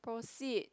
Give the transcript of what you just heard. proceed